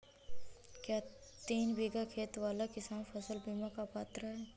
क्या तीन बीघा खेत वाला किसान फसल बीमा का पात्र हैं?